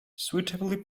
suitably